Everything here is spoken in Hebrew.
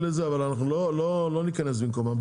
אבל, אנחנו לא ניכנס במקומם.